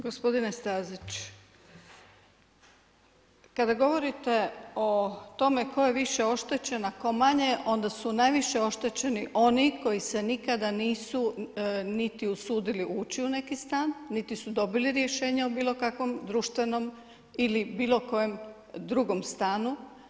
Gospodine Stazić, kada govorite o tome tko je više oštećen, a tko manje, onda su najviše oštećeni oni koji se nikada nisu niti usudili ući u neki stan, niti su dobili rješenje o bilo kakvom društvenom ili bilo kojem drugom stanu.